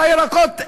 בירקות,